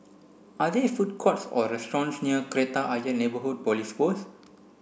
are there food courts or restaurants near Kreta Ayer Neighbourhood Police Post